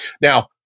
Now